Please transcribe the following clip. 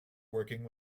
working